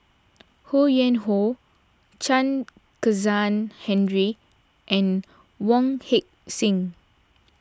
Ho Yuen Hoe Chen Kezhan Henri and Wong Heck Sing